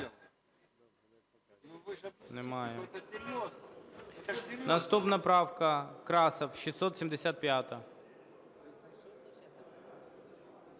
Наступна правка, Красов, 675-а.